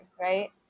right